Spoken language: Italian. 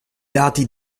lati